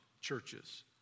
churches